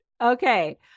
Okay